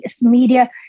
media